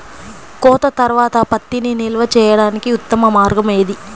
కోత తర్వాత పత్తిని నిల్వ చేయడానికి ఉత్తమ మార్గం ఏది?